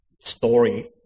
story